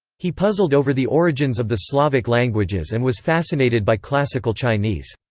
he puzzled over the origins of the slavic languages and was fascinated by classical chinese.